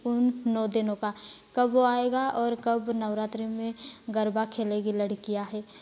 उन नौ दिनों का कब वो आएगा और कब नवरात्रि में गरबा खेलेंगी लडकियाँ हैं